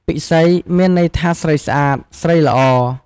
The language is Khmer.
ពិសី មានន័យថាស្រីស្អាត ស្រីល្អ។